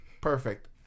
Perfect